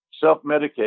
self-medicate